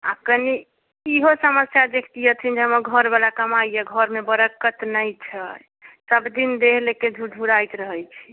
आ कनि ईहो समस्या देखतिअथिन जे हमर घरबला कमाइया घरमे बरक्कत नहि छै सब दिन देह ले के झुरझुराइत रहैत छी